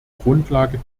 grundlage